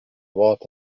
water